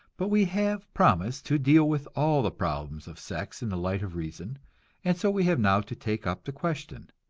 but we have promised to deal with all the problems of sex in the light of reason and so we have now to take up the question,